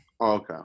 Okay